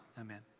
amen